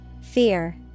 Fear